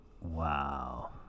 Wow